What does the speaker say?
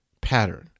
Pattern